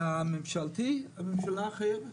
לממשלתי הממשלה חייבת,